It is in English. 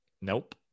Nope